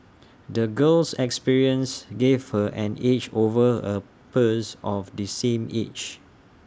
the girl's experiences gave her an edge over her peers of the same age